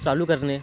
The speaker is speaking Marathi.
चालू करणे